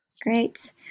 Great